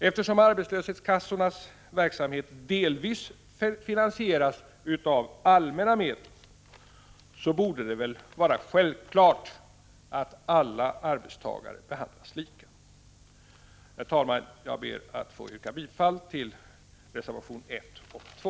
Eftersom arbetslöshetskassornas verksamhet delvis finansieras av allmänna medel, borde det väl vara självklart att alla arbetstagare behandlas lika. Herr talman! Jag ber att få yrka bifall till reservationerna 1 och 2.